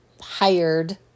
hired